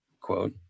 quote